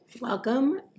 Welcome